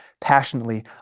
passionately